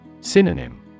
Synonym